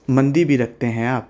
مندی بھی رکھتے ہیں آپ